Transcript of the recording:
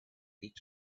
each